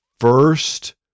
first